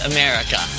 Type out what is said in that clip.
America